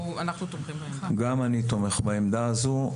גם אני תומך בעמדה הזאת.